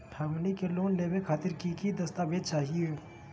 हमनी के लोन लेवे खातीर की की दस्तावेज चाहीयो?